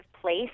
place